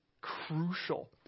crucial